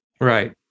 right